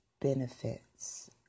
benefits